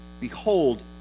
Behold